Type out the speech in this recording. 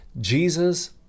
Jesus